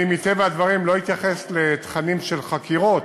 מטבע הדברים לא אכנס לתכנים של חקירות,